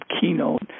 keynote